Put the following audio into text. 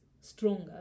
stronger